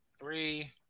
Three